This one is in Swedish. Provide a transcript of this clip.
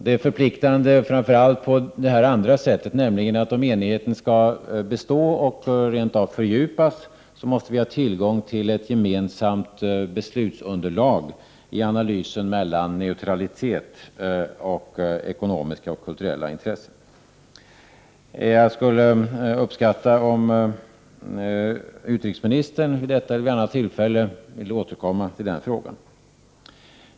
Dels måste vi framför allt, om enigheten skall bestå och rent av fördjupas, ha tillgång till ett gemensamt beslutsunderlag i analysen av förhållandet mellan neutralitet och ekonomiska och kulturella intressen. Jag skulle uppskatta om utrikesministern vid detta eller vid annat tillfälle ville återkomma till den frågan.